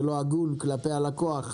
זה לא הגון כלפי הלקוח.